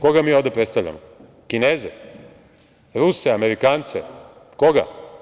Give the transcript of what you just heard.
Koga mi ovde predstavljamo, Kineze, Ruse, Amerikance, koga?